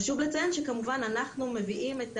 חשוב לציין שכמובן אנחנו מביאים את